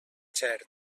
xert